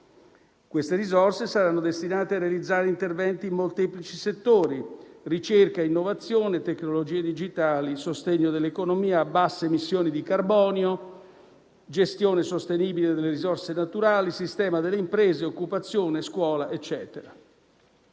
Queste risorse saranno destinate a realizzare interventi in molteplici settori: ricerca, innovazione, tecnologie digitali, sostegno dell'economia a basse emissioni di carbonio, gestione sostenibile delle risorse naturali, sistema delle imprese, occupazione, scuola,